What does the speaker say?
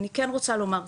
אני כן רוצה לומר כך,